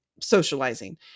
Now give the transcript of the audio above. socializing